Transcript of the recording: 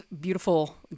beautiful